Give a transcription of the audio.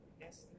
Yes